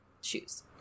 shoes